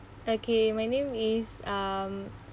okay my name is um